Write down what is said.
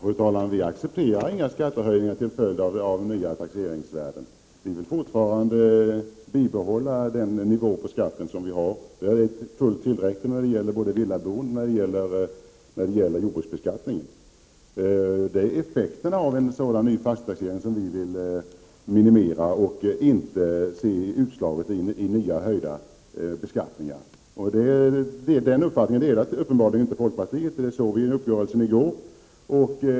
Fru talman! Vi accepterar inte några skattehöjningar till följd av nya taxeringsvärden. Vi vill fortfarande bibehålla den nivå på skatten som vi har. Den är tillräckligt hög när det gäller såväl villaboende som jordbruk. Vi vill minimera effekterna av en ny sådan fastighetstaxering och inte se att den får genomslag i nya höjda skatter. Vi såg vid uppgörelsen i går att folkpartiet uppenbarligen inte delar den uppfattningen.